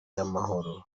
y’amahoro